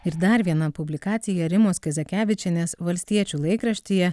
ir dar viena publikacija rimos kazakevičienės valstiečių laikraštyje